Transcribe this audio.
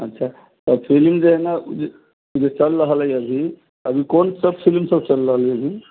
अच्छा त फिलिम जे है न जे चल रहल है अभी अभी कोन सब फिलिम सब चल रहलै ह